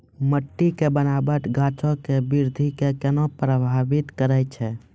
मट्टी के बनावट गाछो के वृद्धि के केना प्रभावित करै छै?